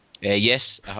yes